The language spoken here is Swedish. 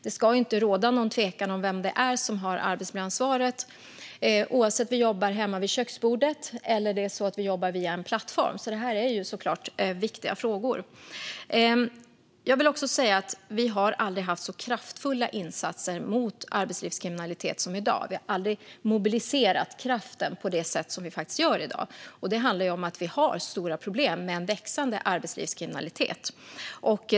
Det ska inte råda någon tvekan om vem det är som har arbetsmiljöansvaret, oavsett om vi jobbar hemma vid köksbordet eller via en plattform. Det här är såklart viktiga frågor. Jag vill också säga att vi aldrig har haft så kraftfulla insatser mot arbetslivskriminalitet som i dag. Vi har aldrig mobiliserat kraften på det sätt som vi gör i dag. Det handlar om att vi har stora problem med en växande arbetslivskriminalitet.